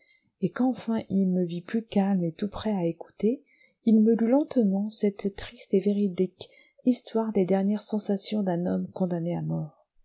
et quand enfin il me vit plus calme et tout prêt à écouter il me lut lentement cette triste et véridique histoire des dernières sensations d'un homme condamné à mort